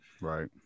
Right